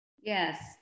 yes